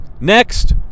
Next